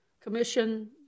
Commission